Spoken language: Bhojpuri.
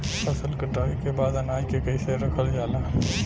फसल कटाई के बाद अनाज के कईसे रखल जाला?